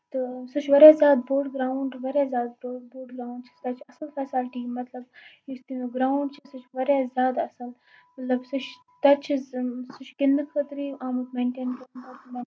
تہٕ سُہ چھُ واریاہ زیادٕ بوٚڑ گراوُنڈ واریاہ زیادٕ بوٚڑ گراوُنڈ چھُ سُہ تَتہِ چھِ اَصٕل فیسَلٹی مطلب یُس تَمیُک گراوُنڈ چھُ سُہ چھُ واریاہ زیادٕ اَصٕل مطلب سُہ چھُ تتہِ چھُ سُہ چھُ گِندنہٕ خٲطرٕے آمُت